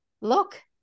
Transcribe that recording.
look